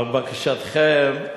על בקשתכם,